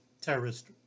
terrorist